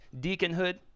deaconhood